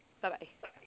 Bye-bye